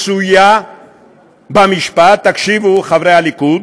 מצויה במשפט, תקשיבו, חברי הליכוד,